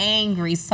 angry